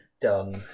done